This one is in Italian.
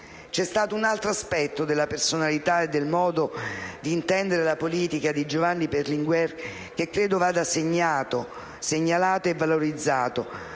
C'è un altro aspetto della personalità e del modo di intendere la politica di Giovanni Berlinguer che credo vada segnalato e valorizzato,